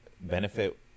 benefit